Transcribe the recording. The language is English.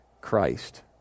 Christ